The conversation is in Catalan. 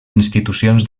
institucions